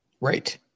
Right